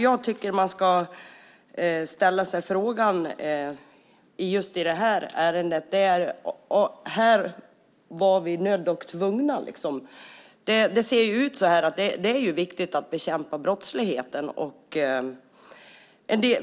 Jag tycker att man i just det här ärendet ska ställa sig frågan om detta med härtill nödd och tvungen. Det är viktigt att bekämpa brottsligheten.